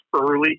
early